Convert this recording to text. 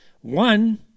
One